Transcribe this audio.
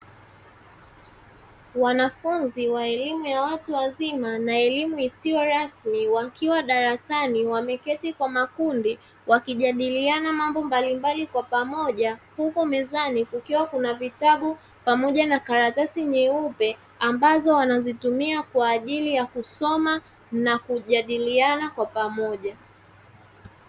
Wanafunzi wa elimu ya watu wazima na elimu isiyo rasmi wakiwa darasani wameketi kwa makundi wakijadiliana mambo mbalimbali kwa pamoja huku mezani kukiwa na vitabu pamoja na karatasi nyeupe ambazo wanazitumia kwa ajili ya kusoma na kujadiliana kwa pamoja.